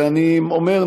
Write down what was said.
ואני אומר,